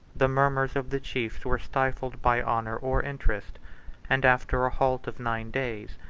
the murmurs of the chiefs were stifled by honor or interest and after a halt of nine days,